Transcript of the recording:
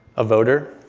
a voter,